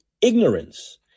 ignorance